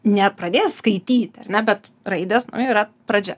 nepradės skaityti ar ne bet raidės yra pradžia